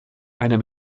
einer